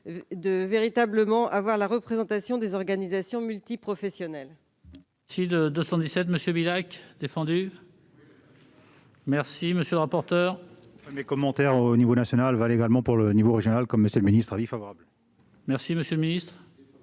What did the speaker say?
véritablement la représentation des organisations multiprofessionnelles.